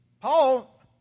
Paul